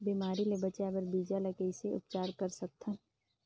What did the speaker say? बिमारी ले बचाय बर बीजा ल कइसे उपचार कर सकत हन?